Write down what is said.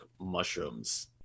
mushrooms